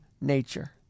nature